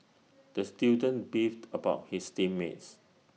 the student beefed about his team mates